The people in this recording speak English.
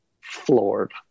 floored